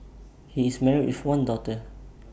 he is married with one daughter